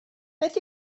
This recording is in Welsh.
beth